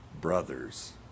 brothers